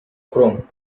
chrome